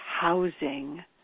housing